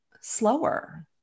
slower